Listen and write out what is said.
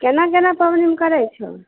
केना केना पाबनि शमे करै छहौ